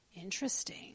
Interesting